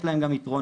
יש להם גם יתרונות,